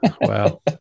Wow